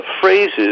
phrases